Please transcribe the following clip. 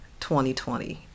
2020